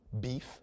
beef